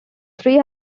three